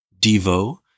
Devo